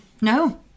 No